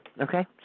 Okay